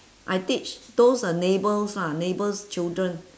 I teach those uh neighbours lah neighbours children